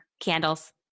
Candles